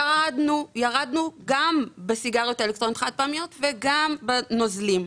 ירדנו גם בסיגריות האלקטרוניות החד פעמיות וגם בנוזלים.